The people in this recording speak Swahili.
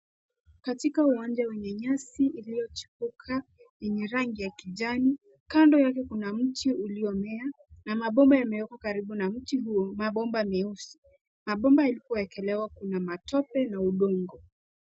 Katika uwanja wenye nyasi iliojipuka enye rangi ya kijani. Kando kuna mche uliomea na mapomba imewekwa karibu na mche huo. Mampomba meuzi, mampomba ilipoekelewa kuna matombe na udongo